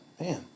Man